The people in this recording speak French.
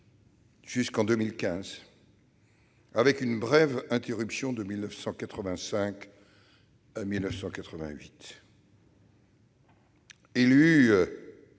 jusqu'en 2015, avec une brève interruption de 1985 à 1988.